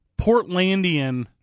Portlandian